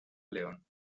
león